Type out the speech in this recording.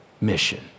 mission